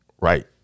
right